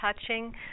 touching